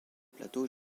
plateaux